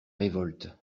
révolte